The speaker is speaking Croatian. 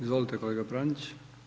Izvolite kolega Pranić.